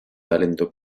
talento